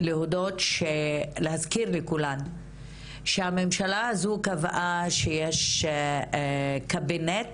להודות להזכיר לכולן שהממשלה הזו קבעה שיש קבינט